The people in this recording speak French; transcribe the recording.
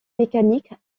mécanique